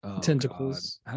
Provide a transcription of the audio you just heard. tentacles